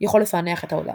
יכול לפענח את ההודעה.